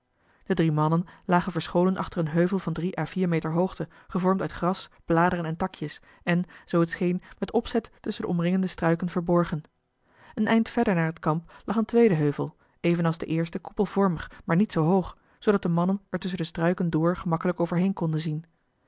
de drie mannen lagen verscholen achter een heuvel van drie à vier meter hoogte gevormd uit gras bladeren en takjes en zoo het scheen met opzet tusschen de omringende struiken verborgen een eind verder naar het kamp lag een tweede heuvel evenals de eerste koepelvormig maar niet zoo hoog zoodat de mannen er tusschen de struiken door gemakkelijk over heen konden zien